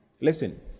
Listen